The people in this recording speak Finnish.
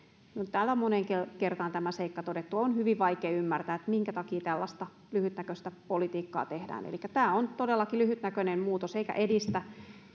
täällä on moneen kertaan tämä seikka todettu on hyvin vaikea ymmärtää minkä takia tällaista lyhytnäköistä politiikkaa tehdään tämä on todellakin lyhytnäköinen muutos eikä edistä